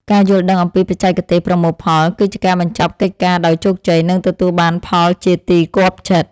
ការយល់ដឹងអំពីបច្ចេកទេសប្រមូលផលគឺជាការបញ្ចប់កិច្ចការដោយជោគជ័យ និងទទួលបានផលជាទីគាប់ចិត្ត។